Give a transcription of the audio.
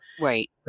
right